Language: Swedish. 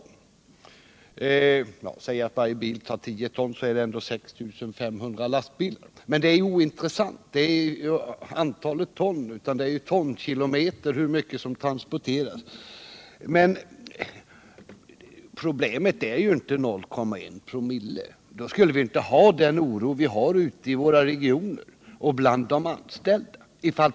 Om man säger att varje bil tar 10 ton innebär det ändå 6 500 lastbilar. Men det är ju ointressant; det gäller inte antalet ton utan tonkilometer, alltså hur mycket som transporteras. Problemet är inte 0,1 ?/oo, för då skulle vi inte ha den oro som finns ute i regionerna och bland de anställda.